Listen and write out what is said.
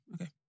okay